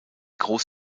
groß